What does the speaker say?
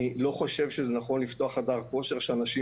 אני לא חושב שזה נכון לפתוח חדר כושר שאנשים